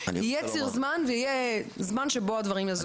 יהיה ציר זמן ויהיה זמן שבו הדברים יזוזו.